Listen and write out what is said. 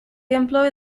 employ